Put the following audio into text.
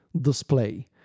display